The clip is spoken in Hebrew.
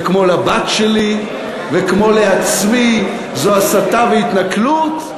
וכמו לבת שלי, וכמו לעצמי, זו הסתה והתנכלות?